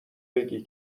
بگی